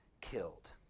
killed